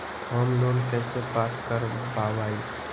Home loan कैसे pass कर बाबई?